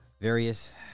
various